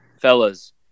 Fellas